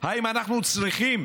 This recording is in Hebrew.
האם אנחנו צריכים